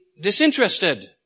disinterested